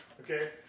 Okay